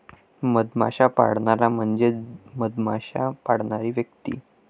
मधमाश्या पाळणारा म्हणजे मधमाश्या पाळणारी व्यक्ती